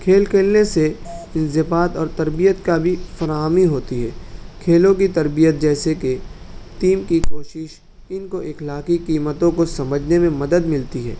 کھیل کھیلنے سے انضباط اور تربیت کا بھی فراہمی ہوتی ہے کھیلوں کی تربیت جیسے کہ ٹیم کی کوشش ان کو اخلاقی قیمتوں کو سمجھنے میں مدد ملتی ہے